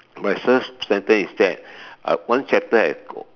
my first sentence is that one chapter has